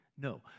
No